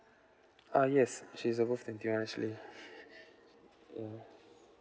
uh yes she's above twenty one actually ya